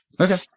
okay